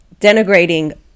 denigrating